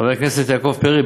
חבר הכנסת יעקב פרי,